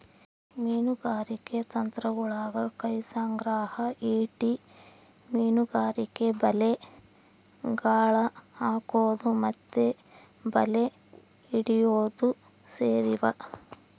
ಮೀನುಗಾರಿಕೆ ತಂತ್ರಗುಳಗ ಕೈ ಸಂಗ್ರಹ, ಈಟಿ ಮೀನುಗಾರಿಕೆ, ಬಲೆ, ಗಾಳ ಹಾಕೊದು ಮತ್ತೆ ಬಲೆ ಹಿಡಿಯೊದು ಸೇರಿವ